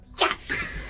Yes